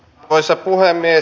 arvoisa puhemies